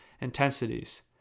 intensities